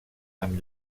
amb